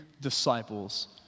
disciples